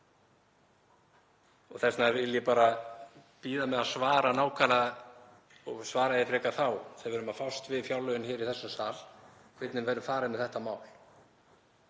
vegna vil ég bara bíða með að svara nákvæmlega og svara frekar þá, þegar við erum að fást við fjárlögin hér í þessum sal, hvernig verður farið með þetta mál.